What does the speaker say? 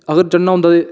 अगर चढ़ना होंदा ते